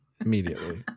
immediately